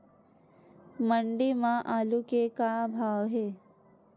मंडी म आलू के का भाव हे?